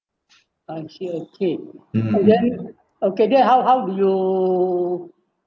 time-share okay and then okay then how how do you